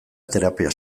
terapia